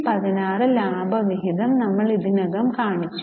216 ലാഭവിഹിതം നമ്മൾ ഇതിനകം കാണിച്ചു